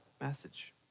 message